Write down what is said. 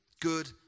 good